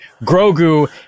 Grogu